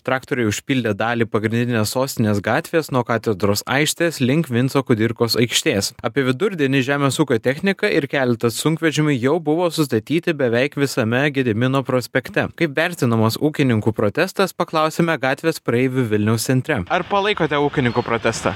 traktoriai užpildė dalį pagrindinės sostinės gatvės nuo katedros aikštės link vinco kudirkos aikštės apie vidurdienį žemės ūkio technika ir keletą sunkvežimių jau buvo sustatyti beveik visame gedimino prospekte kaip vertinamas ūkininkų protestas paklausėme gatvės praeivių vilniaus centre ar palaikote ūkininkų protestą